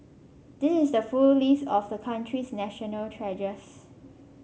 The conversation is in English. this is the full list of the country's national treasures